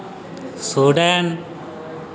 Sweden